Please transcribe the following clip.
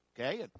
okay